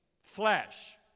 flesh